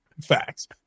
facts